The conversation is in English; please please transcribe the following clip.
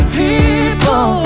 people